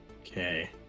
Okay